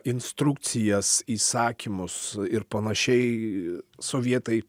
instrukcijas įsakymus ir panašiai sovietai